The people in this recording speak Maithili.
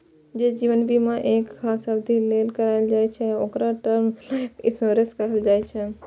जे जीवन बीमा एक खास अवधि लेल कराएल जाइ छै, ओकरा टर्म लाइफ इंश्योरेंस कहल जाइ छै